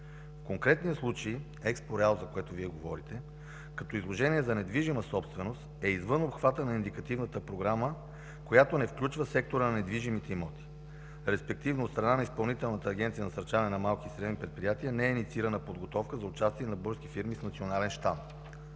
В конкретния случай „Експо Реал”, за което Вие говорите, като изложение за недвижима собственост е извън обхвата на индикативната програма, която не включва сектора на недвижимите имоти, респективно от страна на Изпълнителната агенция за насърчаване на малки и средни предприятия не е инициирана подготовка за участие на български фирми с национален щанд.